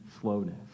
slowness